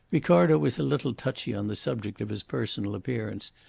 ricardo was a little touchy on the subject of his personal appearance,